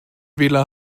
wähler